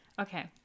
Okay